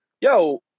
Yo